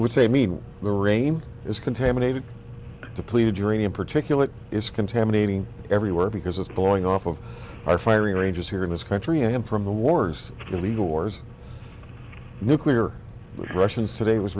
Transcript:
i mean the rain is contaminated depleted uranium particulate is contaminating everywhere because it's blowing off of our firing ranges here in this country and from the wars illegal wars nuclear russians today was